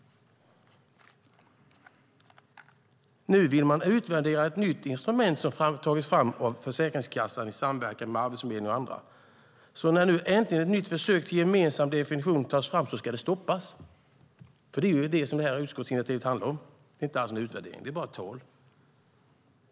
Nu vill man utvärdera ett nytt instrument som tagits fram av Försäkringskassan i samverkan med Arbetsförmedlingen och andra. När ett nytt försök till gemensam definition äntligen tas fram ska det stoppas, för det är ju det som utskottsinitiativet handlar om. Det handlar inte alls om en utvärdering - det är bara tal.